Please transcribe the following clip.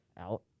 out